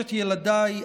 שלושת ילדיי,